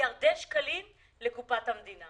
מיליארדי שקלים לקופת המדינה